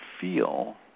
feel